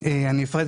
בוועדה,